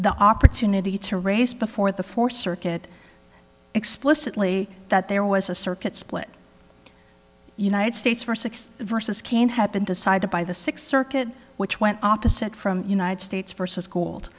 the opportunity to race before the fourth circuit explicitly that there was a circuit split united states for six versus cain had been decided by the sixth circuit which went opposite from united states versus gold